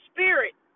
Spirit